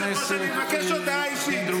אדוני היושב-ראש, אני מבקש הודעה אישית.